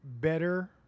better